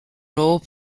role